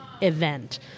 event